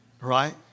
right